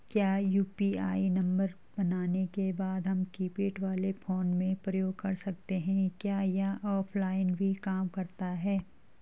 क्या UPI number बनाने के बाद हम कीपैड वाले फोन में प्रयोग कर सकते हैं क्या यह ऑफ़लाइन भी काम करता है?